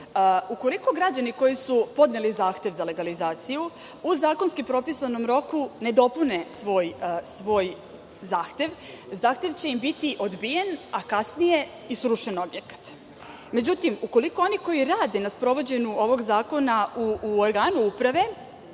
Ukoliko građani koji su podneli zahtev za legalizaciju u zakonski propisanom roku ne dopune svoj zahtev, zahtev će im biti odbijen, a kasnije i srušen objekat. Međutim, ukoliko oni koji rade na sprovođenju ovog zakona u organu uprave,